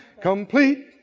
complete